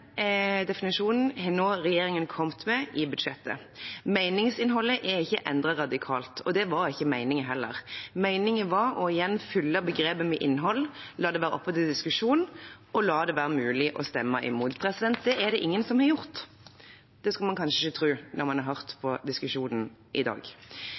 definisjonen har regjeringen nå kommet med i budsjettet. Meningsinnholdet er ikke endret radikalt, og det var heller ikke meningen. Meningen var å igjen fylle begrepet med innhold, la det være oppe til diskusjon og la det være mulig å stemme imot. Det er det ingen som har gjort. Det skulle man kanskje ikke tro når man har hørt på diskusjonen i dag.